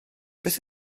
beth